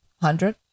Hundred